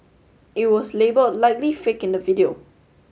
it was label likely fake in the video